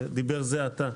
שדיבר זה עתה,